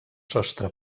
sostre